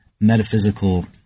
metaphysical